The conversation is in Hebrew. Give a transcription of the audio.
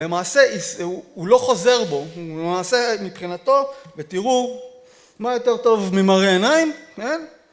למעשה הוא לא חוזר בו, הוא למעשה מבחינתו, ותראו מה יותר טוב ממראה עיניים, כן?